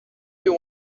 you